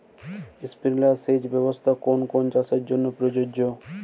Sprinkler সেচ ব্যবস্থার কোন কোন চাষের জন্য প্রযোজ্য?